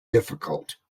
difficult